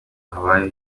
habayeho